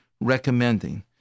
recommending